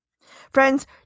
Friends